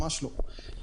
ממש לא.